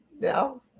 No